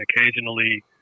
occasionally